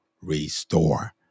restore